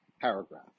paragraph